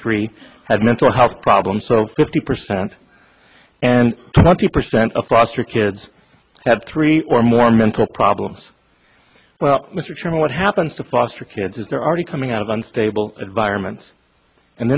three have mental health problems so fifty percent and twenty percent of foster kids have three or more mental problems well mr chairman what happens to foster kids is their are they coming out of unstable environments and